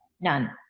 none